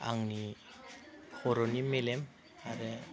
आंनि खर'नि मेलेम आरो